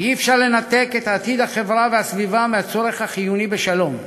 אי-אפשר לנתק את עתיד החברה והסביבה מהצורך החיוני בשלום.